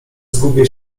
zgubię